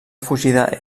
fugida